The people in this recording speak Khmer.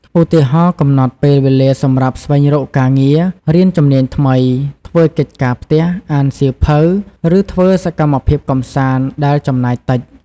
ឧទាហរណ៍ កំណត់ពេលវេលាសម្រាប់ស្វែងរកការងារ រៀនជំនាញថ្មី ធ្វើកិច្ចការផ្ទះ អានសៀវភៅ ឬធ្វើសកម្មភាពកម្សាន្តដែលចំណាយតិច។